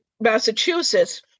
Massachusetts